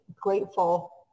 grateful